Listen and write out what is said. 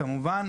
כמובן,